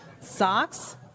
socks